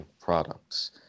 products